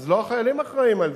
אז לא החיילים אחראים לזה,